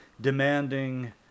demanding